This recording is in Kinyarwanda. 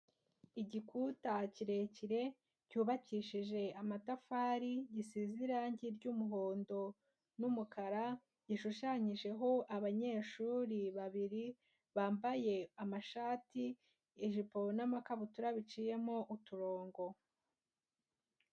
Igikuta kirekire cyubakishije amatafari, gisize irangi ry'umuhondo n'umukara, gishushanyijeho abanyeshuri babiri, bambaye amashati, ijipo n'amakabutura biciyemo uturongo.